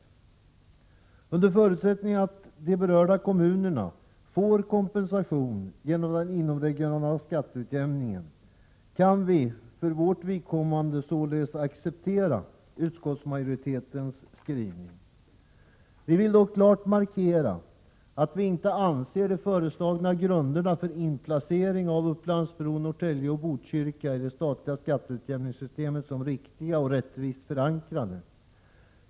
Under förutsättning att de berörda kommunerna får kompensation genom den inomregionala skatteutjämningen kan vi således för vårt vidkommande acceptera utskottsmajoritetens skrivning Vi vill dock klart markera att vi inte anser de föreslagna grunderna för inplacering av Upplands Bro, Norrtälje och Botkyrka i det statliga skatteutjämningssystemet som riktiga och rättvist förankrade.